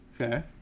Okay